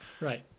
Right